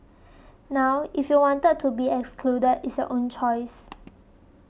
now if you want to be excluded it's your own choice